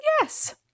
Yes